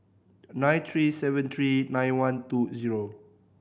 nine three seven three nine one two zero